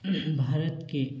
ꯚꯥꯔꯠꯀꯤ